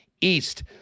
East